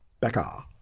Becca